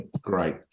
great